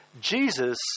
Jesus